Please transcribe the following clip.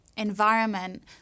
Environment